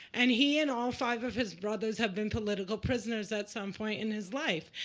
and he and all five of his brothers have been political prisoners at some point in his life.